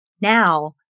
now